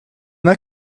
not